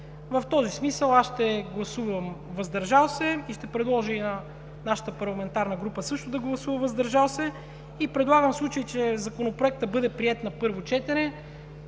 В този смисъл аз ще гласувам „въздържал се“. Ще предложа и на нашата парламентарна група също да гласува с „въздържал се“. В случай че Законопроектът бъде приет на първо четене